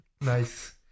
Nice